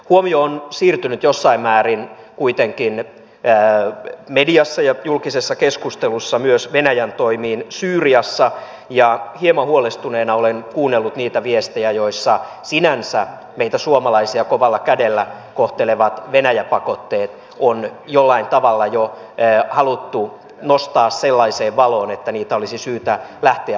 huomio on siirtynyt jossain määrin kuitenkin mediassa ja julkisessa keskustelussa myös venäjän toimiin syyriassa ja hieman huolestuneena olen kuunnellut niitä viestejä joissa sinänsä meitä suomalaisia kovalla kädellä kohtelevat venäjä pakotteet on jollain tavalla jo haluttu nostaa sellaiseen valoon että niitä olisi syytä lähteä purkamaan